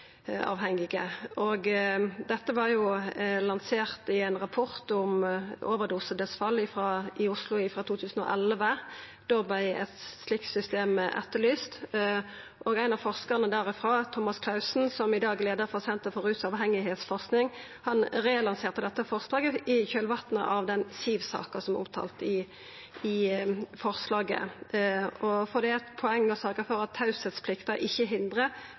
Dette var lansert i ein rapport om overdosedødsfall i Oslo frå 2011. Da vart et slikt system etterlyst, og ein av forskarane derifrå, Thomas Clausen, som i dag er leiar for Senter for rus- og avhengigheitsforsking, relanserte dette forslaget i kjølvatnet av Siw-saka, som er omtalt i forslaget. Poenget er å sørgja for at teieplikta ikkje hindrar